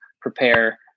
prepare